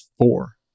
four